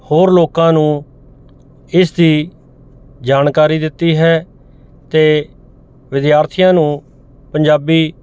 ਹੋਰ ਲੋਕਾਂ ਨੂੰ ਇਸ ਦੀ ਜਾਣਕਾਰੀ ਦਿੱਤੀ ਹੈ ਅਤੇ ਵਿਦਿਆਰਥੀਆਂ ਨੂੰ ਪੰਜਾਬੀ